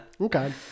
Okay